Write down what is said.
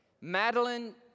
Madeline